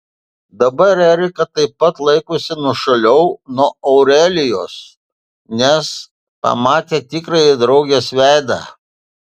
dabar erika taip pat laikosi nuošaliau nuo aurelijos nes pamatė tikrąjį draugės veidą